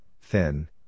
thin